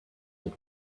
and